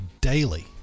daily